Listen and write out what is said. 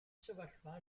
sefyllfa